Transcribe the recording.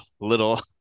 little